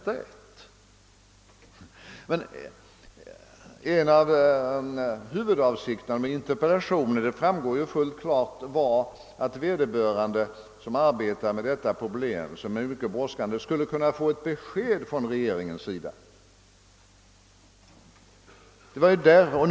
Men en av huvudavsikterna med interpellationen — det framgår ju fullt klart — var att vederbörande, som arbetar med dessa problem som är brådskande, skulle få ett besked från regeringens sida.